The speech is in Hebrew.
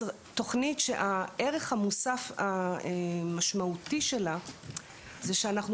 תוכנית שהערך המוסף המשמעותי שלה הוא שאנחנו